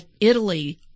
Italy